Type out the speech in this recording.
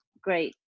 great